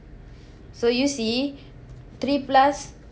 so you see three plus